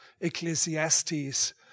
Ecclesiastes